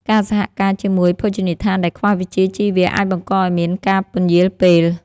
ការសហការជាមួយភោជនីយដ្ឋានដែលខ្វះវិជ្ជាជីវៈ អាចបង្កឱ្យមានការពន្យារពេល។